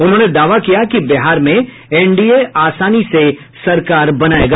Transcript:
उन्होने दावा किया कि बिहार में एन डी ए आसानी से सरकार बनायेगी